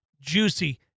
juicy